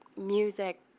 music